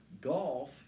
Golf